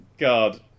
God